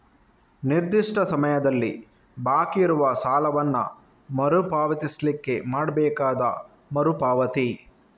ನಿರ್ದಿಷ್ಟ ಸಮಯದಲ್ಲಿ ಬಾಕಿ ಇರುವ ಸಾಲವನ್ನ ಮರು ಪಾವತಿಸ್ಲಿಕ್ಕೆ ಮಾಡ್ಬೇಕಾದ ಮರು ಪಾವತಿ